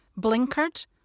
blinkered